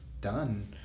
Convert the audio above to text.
done